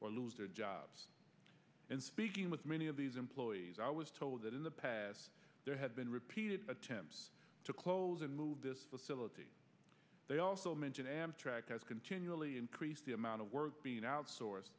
or lose their jobs and speaking with many of these employees i was told that in the past there have been repeated attempts to close and move this facility they also mention amtrak has continually increased the amount of work being outsourced